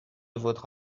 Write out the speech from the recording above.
votre